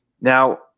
Now